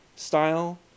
style